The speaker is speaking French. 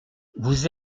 vous